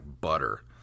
butter